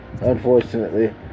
unfortunately